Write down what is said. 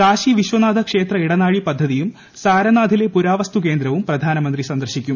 കാശി വിശ്വനാഥ ക്ഷേത്ര ഇടനാഴി പദ്ധതിയും സാരനാഥിലെ പുരാവസ്തു കേന്ദ്രവും പ്രധാനമന്ത്രി സന്ദർശിക്കും